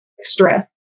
stress